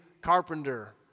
carpenter